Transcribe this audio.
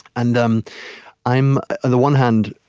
and um i'm on the one hand,